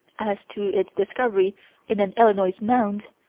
as to its discovery in an illinois mound,